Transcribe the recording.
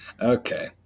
okay